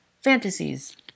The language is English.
Fantasies